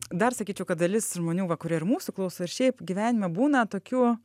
dar sakyčiau kad dalis žmonių va kurie ir mūsų klauso ir šiaip gyvenime būna tokių